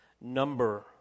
number